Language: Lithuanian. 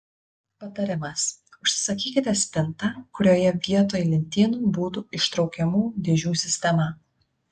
patarimas užsisakykite spintą kurioje vietoj lentynų būtų ištraukiamų dėžių sistema